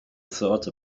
thought